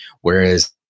whereas